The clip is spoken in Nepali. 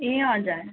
ए हजुर